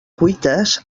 cuites